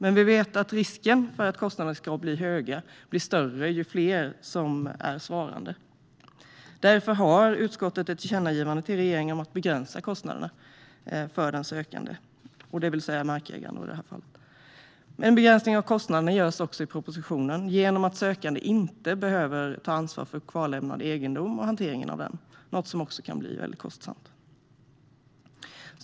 Vi vet dock att risken för att kostnaderna ska bli höga är större ju fler som är svarande, och därför har utskottet ett tillkännagivande till regeringen om att begränsa kostnaderna för den sökande, i det här fallet markägaren. En begränsning av kostnaderna görs också i propositionen genom att sökande inte behöver ta ansvar för kvarlämnad egendom och hanteringen av den, något som också kan bli väldigt kostsamt.